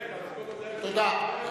תודה.